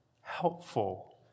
helpful